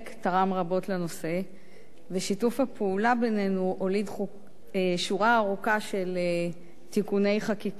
תרם רבות לנושא ושיתוף הפעולה בינינו הוליד שורה ארוכה של תיקוני חקיקה.